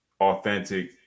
authentic